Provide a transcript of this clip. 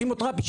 הכימותרפי,